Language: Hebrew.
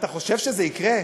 אתה חושב שזה יקרה?